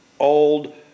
Old